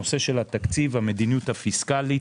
הנושא של התקציב, המדיניות הפיסקלית.